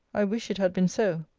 i wish it had been so.